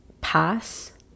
pass